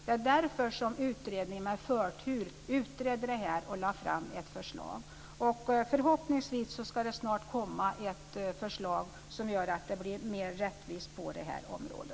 Det är därför som utredningen med förtur utredde detta och lade fram ett förslag. Förhoppningsvis ska det snart komma ett förslag som gör att det blir mer rättvist på detta område.